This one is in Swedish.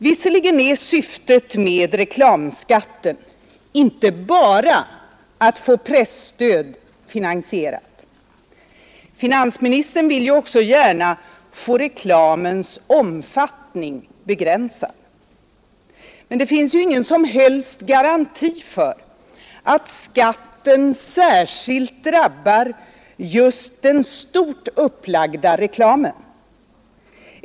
— Visserligen är syftet med reklamskatten inte bara att få presstöd finansierat — finansministern vill ju också gärna få reklamens omfattning begränsad, men det finns ingen som helst garanti för att skatten särskilt drabbar just den stort upplagda reklamen.